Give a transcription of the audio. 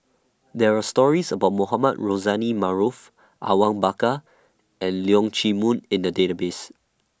There Are stories about Mohamed Rozani Maarof Awang Bakar and Leong Chee Mun in The Database